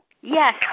Yes